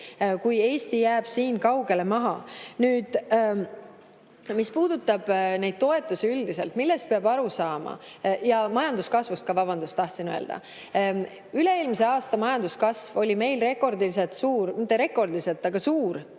44%. Eesti jääb siin kaugele maha. Mis puudutab toetusi üldiselt, siis millest peab aru saama? Ja majanduskasvu kohta, vabandust, ka tahtsin öelda: üle-eelmise aasta majanduskasv oli meil rekordiliselt suur – mitte rekordiliselt, aga suur